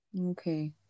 Okay